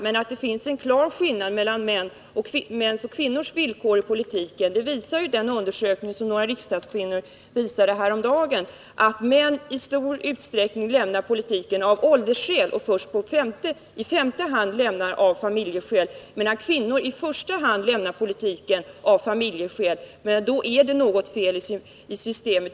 Men det finns en klar skillnad mellan mäns och kvinnors villkor i politiken, och det visade den undersökning som några riksdagskvinnor redovisade häromdagen. Män lämnar i stor utsträckning politiken av åldersskäl och först i femte hand av familjeskäl, medan kvinnor i första hand lämnar politiken av familjeskäl. När det är så, då är det något fel i systemet.